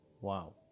Wow